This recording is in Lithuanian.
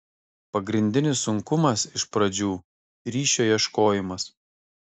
pagrindinis sunkumas iš pradžių ryšio ieškojimas